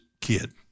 kid